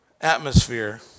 atmosphere